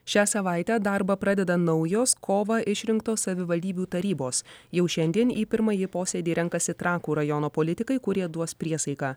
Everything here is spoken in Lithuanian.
šią savaitę darbą pradeda naujos kovą išrinktos savivaldybių tarybos jau šiandien į pirmąjį posėdį renkasi trakų rajono politikai kurie duos priesaiką